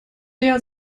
der